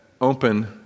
open